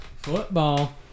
Football